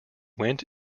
went